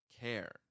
care